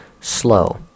slow